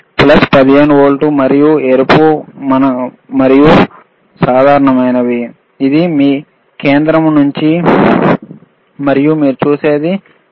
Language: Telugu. కాబట్టి ప్లస్ 15 వోల్ట్లు మళ్ళీ ఎరుపు మరియు సాధారణమైనవి ఇది మీ కేంద్రం మరియు మీరు చూసేది 15